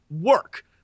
work